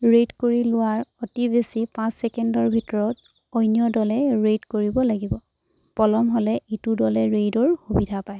raid কৰি লোৱাৰ অতি বেছি পাঁচ ছেকেণ্ডৰ ভিতৰত অন্য দলে ৰেইড কৰিব লাগিব পলম হ'লে ইটো দলে ৰেইডৰ সুবিধা পায়